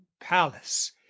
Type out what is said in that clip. palace